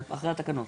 אחרי התקנות.